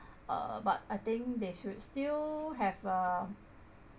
uh but I think they should still have a